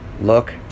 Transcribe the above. look